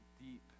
deep